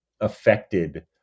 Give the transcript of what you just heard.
affected